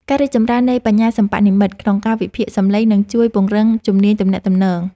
ការរីកចម្រើននៃ បញ្ញាសិប្បនិម្មិត ក្នុងការវិភាគសំឡេង នឹងជួយពង្រឹងជំនាញទំនាក់ទំនង។